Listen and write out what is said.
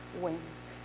wins